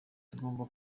tugomba